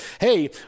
hey